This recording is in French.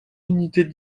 unités